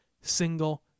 single